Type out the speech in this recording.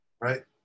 right